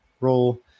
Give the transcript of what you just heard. role